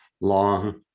long